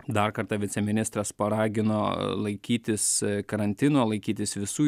dar kartą viceministras paragino laikytis karantino laikytis visų